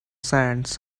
sands